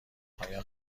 آیا